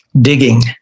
digging